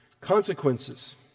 consequences